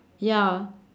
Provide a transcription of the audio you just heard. ya